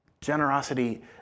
Generosity